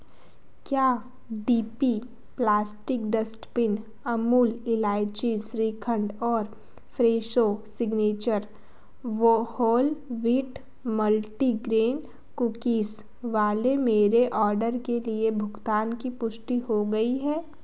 क्या D P plastic dustbin Amul इलायची श्रीखंड और फ़्रेशो सिग्नेचर वह होल व्हीट मल्टीग्रैन कूकीज़ वाले मेरे ऑर्डर के लिए भुगतान की पुष्टि हो गई है